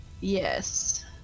yes